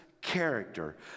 character